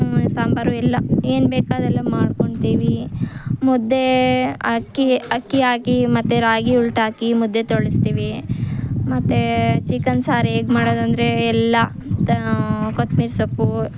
ಸಾಂಬರು ಎಲ್ಲ ಏನು ಬೇಕಾದ್ರೂ ಎಲ್ಲ ಮಾಡ್ಕೊಳ್ತೀವಿ ಮುದ್ದೆ ಅಕ್ಕಿ ಅಕ್ಕಿ ಹಾಕಿ ಮತ್ತು ರಾಗಿ ಉಲ್ಟ ಹಾಕಿ ಮುದ್ದೆ ತೋಳೆಸ್ತೀವಿ ಮತ್ತು ಚಿಕನ್ ಸಾರು ಹೇಗೆ ಮಾಡೋದೆಂದ್ರೆ ಎಲ್ಲ ತ ಕೊತ್ತಂಬ್ರಿ ಸೊಪ್ಪು